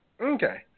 Okay